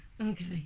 Okay